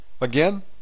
again